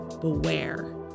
beware